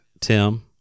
tim